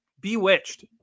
Bewitched